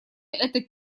этот